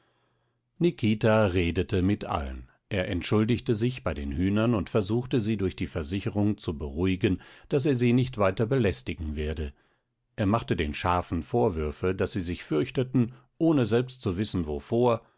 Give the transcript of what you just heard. nikita redete mit allen er entschuldigte sich bei den hühnern und suchte sie durch die versicherung zu beruhigen daß er sie nicht weiter belästigen werde er machte den schafen vorwürfe daß sie sich fürchteten ohne selbst zu wissen wovor